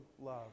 love